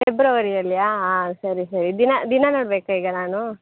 ಫೆಬ್ರವರಿಯಲ್ಲಿಯೇ ಹಾಂ ಸರಿ ಸರಿ ದಿನ ದಿನ ನೋಡಬೇಕಾ ಈಗ ನಾನು